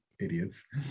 idiots